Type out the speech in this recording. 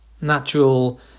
natural